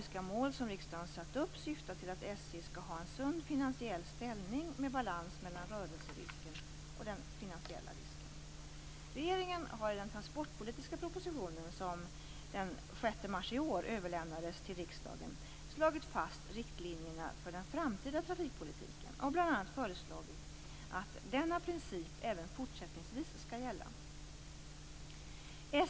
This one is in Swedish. SJ skall ha en sund finansiell ställning med balans mellan rörelserisken och den finansiella risken. Regeringen har i den transportpolitiska propositionen, som den 6 mars i år överlämnades till riksdagen, slagit fast riktlinjerna för den framtida trafikpolitiken och bl.a. föreslagit att denna princip även fortsättningsvis skall gälla.